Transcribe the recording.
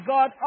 God